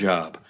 Job